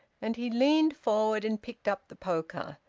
and he leaned forward and picked up the poker,